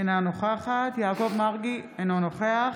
אינה נוכחת יעקב מרגי, אינו נוכח